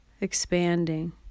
expanding